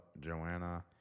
Joanna